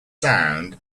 sound